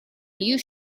you